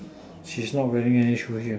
she is not wearing any shoe here